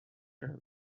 کرده